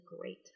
great